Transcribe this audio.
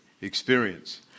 experience